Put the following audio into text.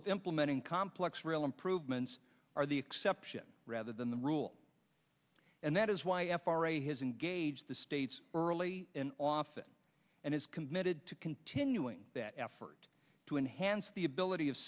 of implementing complex real improvements are the exception rather than the rule and that is why f r a has engaged the states early and often and is committed to continuing that effort to enhance the ability of